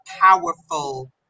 powerful